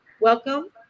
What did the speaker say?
Welcome